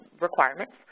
requirements